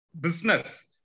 business